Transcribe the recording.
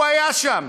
הוא היה שם.